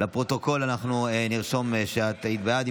לפרוטוקול אנחנו נרשום שאת היית בעד.